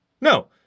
No